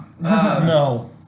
No